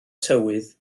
tywydd